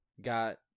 got